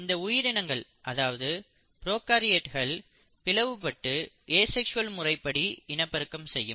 இந்த உயிரினங்கள் அதாவது ப்ரோகாரியோட்கள் பிளவுபட்டு ஏசெக்ஸ்வல் முறைப்படி இனப்பெருக்கம் செய்யும்